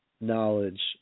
knowledge